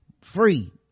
free